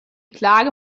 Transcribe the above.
klage